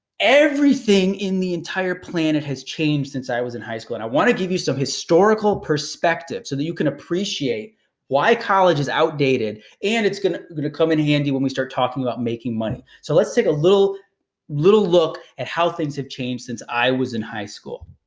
everything in the entire planet has changed since i was in high school, and i want to give you some historical perspective, so that you can appreciate why college is outdated. and it's gonna gonna come in handy when we start talking about making money. so lets take a little little look at how things have changed since i was in high school.